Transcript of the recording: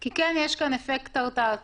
כי כן יש כאן אפקט הרתעתי.